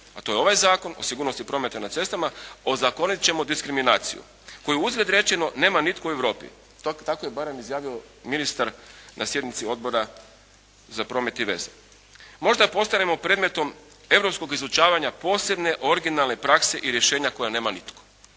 a to je ovaj Zakon o sigurnosti prometa na cestama, ozakonit ćemo diskriminaciju koju uzgred rečeno nema nitko u Europi, tako je barem izjavio ministar na sjednici Odbora za promet i veze. Možda postanemo predmetom europskog izučavanja posebne originalne prakse i rješenja koja nema nitko.